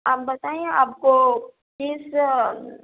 آپ بتائیں آپ کو کس